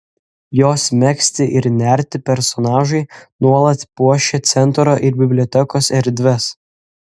jos megzti ir nerti personažai nuolat puošia centro ir bibliotekos erdves